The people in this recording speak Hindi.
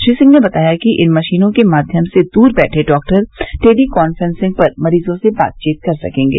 श्री सिंह ने बताया कि इन मशीनों के माध्यम से दूर बैठे डॉक्टर टेली कांफ्रेंसिंग पर मरीजों से बात कर सकेंगे